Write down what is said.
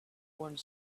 one